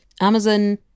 Amazon